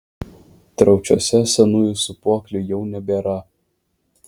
draučiuose senųjų sūpuoklių jau nebėra